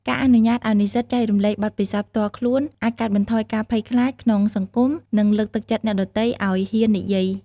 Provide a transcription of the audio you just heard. ការអនុញ្ញាតឱ្យនិស្សិតចែករំលែកបទពិសោធន៍ផ្ទាល់ខ្លួនអាចកាត់បន្ថយការភ័យខ្លាចក្នុងសង្គមនិងលើកទឹកចិត្តអ្នកដទៃឱ្យហ៊ាននិយាយ។